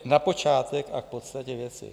Na počátek a k podstatě věci.